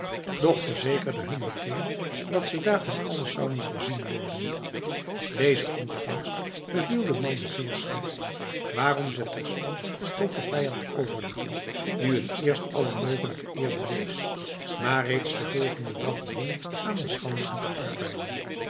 doch verzekerde hun meteen dat ze daar van alles zouden voorzien worden deze ontvangst beviel den mannen zeer slecht waarom ze terstond tot den vijand overliepen die hun eerst alle mogelijke eer bewees maar reeds den volgenden dag dwong aan de schansen te arbeiden